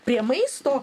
prie maisto